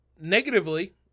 negatively